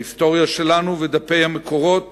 ההיסטוריה שלנו ודפי המקורות